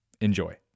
Enjoy